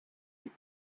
sie